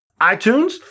iTunes